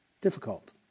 difficult